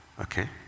Okay